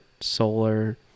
solar